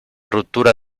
ruptura